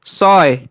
ছয়